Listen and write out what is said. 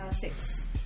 Six